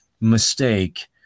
mistake